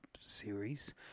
series